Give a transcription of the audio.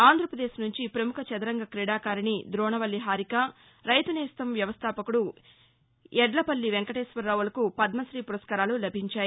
ఆంధ్రపదేశ్ నుంచి పముఖ చదరంగ క్రీడాకారిణి దోణవల్లి హారిక రైతు నేస్తం వ్యస్థాపకుడు యద్లపల్లి వెంటేశ్వరరావులకు పద్మతీ పురస్కారాలు లభించాయి